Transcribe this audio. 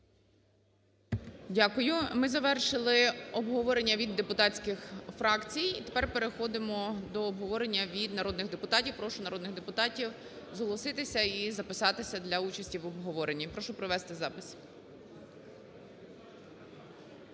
Дякую. Ми завершили обговорення від депутатських фракцій і тепер переходимо до обговорення від народних депутатів. Прошу народних депутатів зголоситися і записатися для участі в обговоренні. Прошу провести запис.